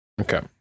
Okay